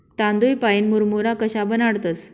तांदूय पाईन मुरमुरा कशा बनाडतंस?